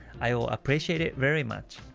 i will appreciate it very much.